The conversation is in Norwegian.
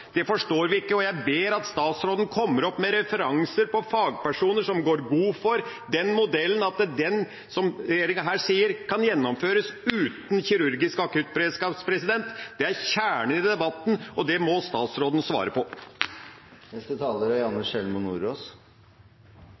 vakt, forstår vi ikke. Jeg ber om at statsråden kommer opp med referanser til fagpersoner som går god for at den modellen som regjeringen her legger fram, kan gjennomføres uten akuttkirurgisk beredskap. Det er kjernen i debatten, og det må statsråden svare på. En god svangerskapsomsorg, et trygt fødetilbud og nær oppfølging i barseltiden er